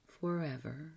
forever